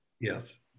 Yes